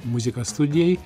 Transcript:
muziką studijai